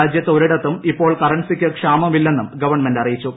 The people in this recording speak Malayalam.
രാജ്യത്ത് ഒരിടത്തും ഇപ്പോൾ കറൻസിക്ക് ക്ഷാമമില്ലെന്നും ഗവൺമെന്റ് അറിയിച്ചു